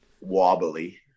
wobbly